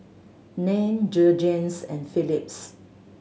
Nan Jergens and Philips